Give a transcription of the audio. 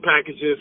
packages